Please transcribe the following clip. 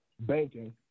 banking